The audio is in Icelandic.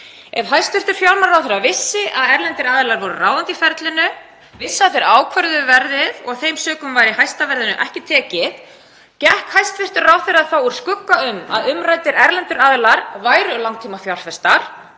Ef hæstv. fjármálaráðherra vissi að erlendir aðilar voru ráðandi í ferlinu, vissi að þeir ákvörðuðu verðið og af þeim sökum væri hæsta verðinu ekki tekið, gekk hæstv. ráðherra þá úr skugga um að umræddir erlendir aðilar væru langtímafjárfestar,